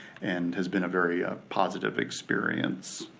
and has been a very positive experience.